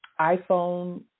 iPhone